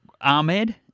Ahmed